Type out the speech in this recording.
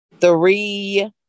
three